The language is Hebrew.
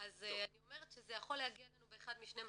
אז אני אומרת שזה יכול להגיע אלינו באחד משני מסלולים,